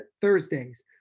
Thursdays